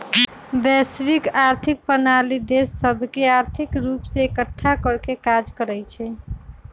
वैश्विक आर्थिक प्रणाली देश सभके आर्थिक रूप से एकठ्ठा करेके काज करइ छै